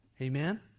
Amen